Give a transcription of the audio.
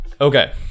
Okay